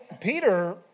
Peter